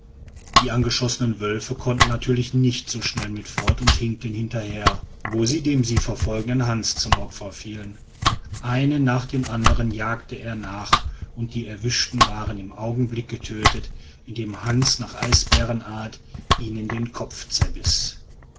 die angeschossenen wölfe konnten natürlich nicht so schnell mit fort und hinkten hinterher wo sie dem sie verfolgenden hans zum opfer fielen einem nach dem anderen jagte er nach und die erwischten waren im augenblick getötet indem hans nach eisbärenart ihnen den kopf